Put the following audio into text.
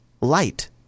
Light